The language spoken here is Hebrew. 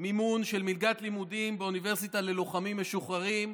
מימון של מלגת לימודים באוניברסיטה ללוחמים משוחררים.